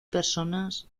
personas